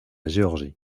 géorgie